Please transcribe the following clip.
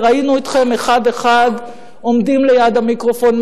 וראינו אתכם אחד-אחד עומדים ליד המיקרופון,